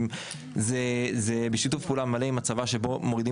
זה בשיתוף פעולה מלא עם הצבא שבו מורידים